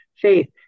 faith